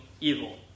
evil